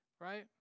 right